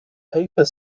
paper